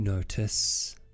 Notice